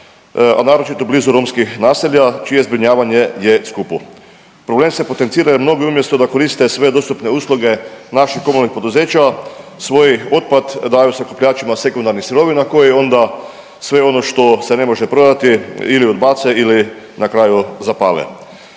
a naročito blizu romskih naselja čije zbrinjavanje je skupo. Problem se potencira jer mnogi umjesto da koriste sve dostupne usluge naših komunalnih poduzeća svoj otpad daju sakupljačima sekundarnih sirovina koji onda sve ono što se ne može prodati ili odbace ili na kraju zapale.